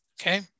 Okay